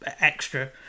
extra